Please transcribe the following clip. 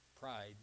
pride